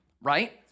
Right